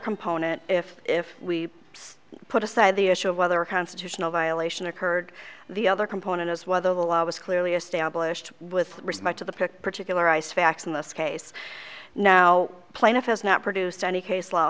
component if if we put aside the issue of whether a constitutional violation occurred the other component is whether the law was clearly established with respect to the pick particularize facts in this case now plaintiff has not produced any case law